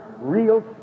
real